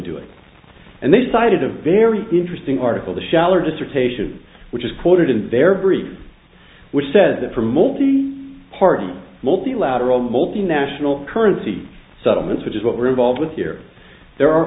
do it and they cited a very interesting article the shall or dissertation which is quoted in their brief which said that from multi party multilateral multinational currency settlements which is what we're involved with here there are